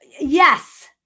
yes